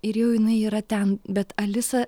ir jau jinai yra ten bet alisa